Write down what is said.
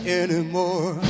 anymore